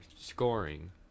scoring